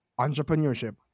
entrepreneurship